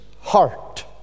heart